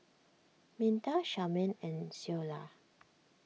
Minta Charmaine and Ceola